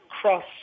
cross